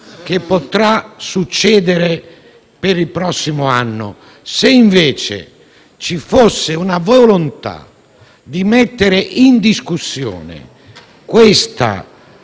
che potrà succedere il prossimo anno - ci fosse la volontà di mettere in discussione questa